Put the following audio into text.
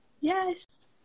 yes